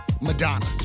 Madonna